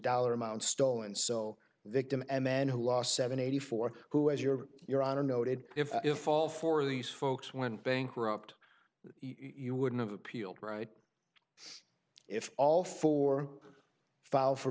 dollar amount stolen so they can add men who lost seven eighty four who as your your honor noted if if all four of these folks went bankrupt you wouldn't have appealed right if all four file for